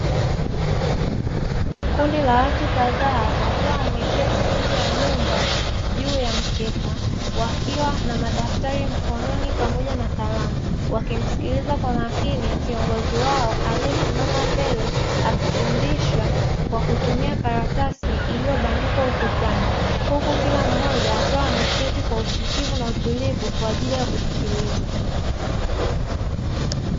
Kundi la watu kadhaa wakiwa wameketi nje ya nyumba, juu ya mkeka. Wakiwa na madaftari mkononi pamoja na kalamu wakimsikiliza kwa makini kiongozi wao aliesimama mbele akifundisha kwa kutumia karatasi iliyobandikwa ukutani, huku kila mmoja akiwa ameketi kwa usikivu na utulivu kwa ajili ya kusikiliza.